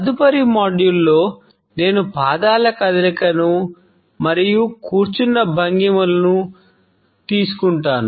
తదుపరి మాడ్యూల్లో నేను పాదాల కదలికను మరియు కూర్చున్న భంగిమలను తీసుకుంటాను